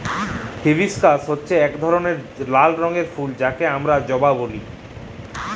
hibiscus হচ্যে এক রকমের লাল রঙের ফুল যাকে হামরা জবা ব্যলি